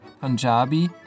Punjabi